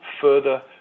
further